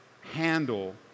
handle